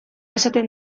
esaten